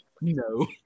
no